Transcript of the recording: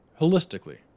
holistically